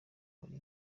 wari